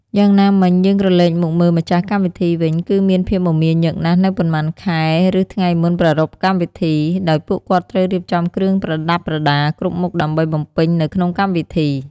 យ៉ាងណាមិញ យើងក្រឡេកមកមើលម្ចាស់កម្មវិធីវិញ គឺមានភាពមមាញឹកណាស់នៅប៉ុន្មានខែ ឫថ្ងៃមុនប្រារព្ធកម្មវិធីដោយពួកគាត់ត្រូវរៀបចំគ្រឿងប្រដា់ប្រដាគ្រប់មុខដើម្បីបំពេញនៅក្នុងកម្មវិធី។